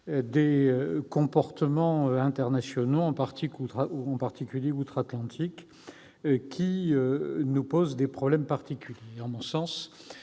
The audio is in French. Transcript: des comportements internationaux, en particulier outre-Atlantique, évolution qui nous pose des problèmes particuliers. À mon sens,